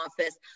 office